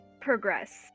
progress